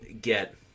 get